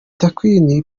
queens